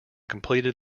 completed